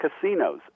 casinos